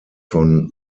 von